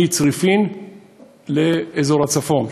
מצריפין לאזור הצפון.